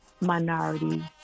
minority